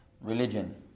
religion